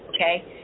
okay